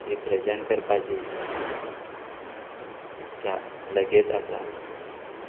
represent करपाची इच्छा लगेत आसा